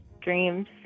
dreams